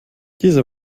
diese